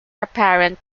apparent